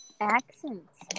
Accents